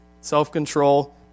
Self-control